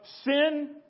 sin